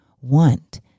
want